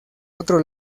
otro